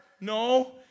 No